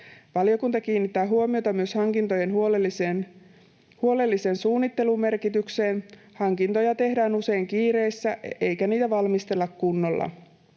Valiokunta kiinnittää huomiota myös hankintojen huolellisen suunnittelun merkitykseen. Hankintoja tehdään usein kiireessä eikä niitä valmistella kunnolla.